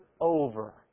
over